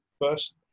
first